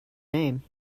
name